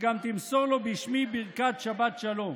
וגם תמסור לו בשמי ברכת שבת שלום.